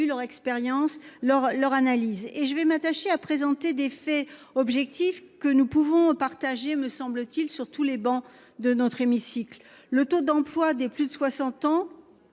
leur expérience, leur, leur analyse et je vais m'attacher à présenter des faits objectifs que nous pouvons partager, me semble-t-il, sur tous les bancs de notre hémicycle le taux d'emploi des plus de 60 ans.